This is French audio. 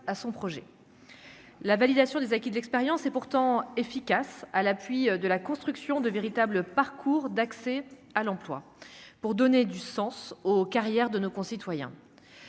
à son projet, la validation des acquis de l'expérience et pourtant efficace à l'appui de la construction de véritable parcours d'accès à l'emploi pour donner du sens aux carrières de nos concitoyens,